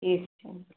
ठीक छै